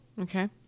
Okay